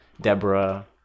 Deborah